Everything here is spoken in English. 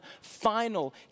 final